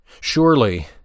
Surely